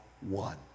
One